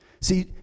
See